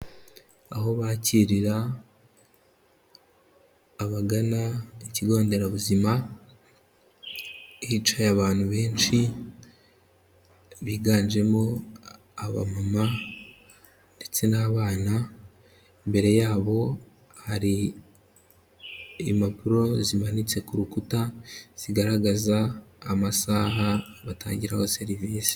Aho bakirira abagana ikigo nderabuzima, hicaye abantu benshi biganjemo abamama ndetse n'abana, imbere yabo hari impapuro zimanitse ku rukuta, zigaragaza amasaha batangiraho serivisi.